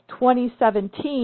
2017